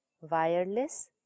Wireless